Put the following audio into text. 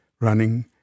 running